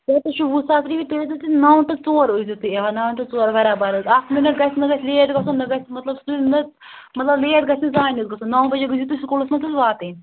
کیٛازِ تُہۍ چھُو وُہ ساس رۄپیہِ تُہۍ یی زیو تُہۍ نَو ٹُو ژور ٲسۍ زیو تُہۍ یِوان نَو ٹُو ژور برابر حظ اَکھ مِنَٹ گژھِ نہٕ اَسہِ لیٹ گژھُن نہ گژھِ مطلب سُلہِ نہٕ مطلب لیٹ گژھِ نہٕ زانٛہَے نہٕ حظ گژھُن نَو بَجے گٔژھِو تُہۍ سکوٗلَس منٛزٕ واتٕنۍ